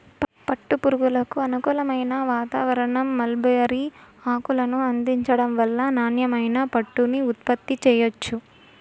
పట్టు పురుగులకు అనుకూలమైన వాతావారణం, మల్బరీ ఆకును అందించటం వల్ల నాణ్యమైన పట్టుని ఉత్పత్తి చెయ్యొచ్చు